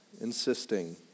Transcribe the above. insisting